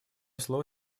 слово